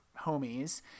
homies